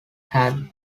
had